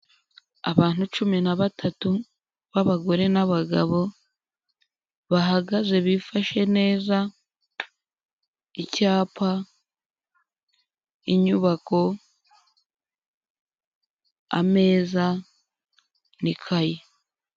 Abantu cumi na batatu b'abagore n'abagabo bahagaze bifashe neza icyapa, inyubako ameza n'ikayi.